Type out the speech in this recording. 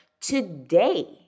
today